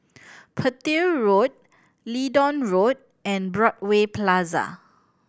Petir Road Leedon Road and Broadway Plaza